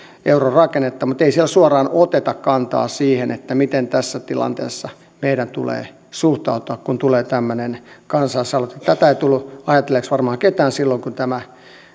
euron rakennetta mutta ei siellä suoraan oteta kantaa siihen miten tässä tilanteessa meidän tulee suhtautua kun tulee tämmöinen kansalaisaloite tätä ei tullut ajatelleeksi varmaan kukaan silloin kun tämä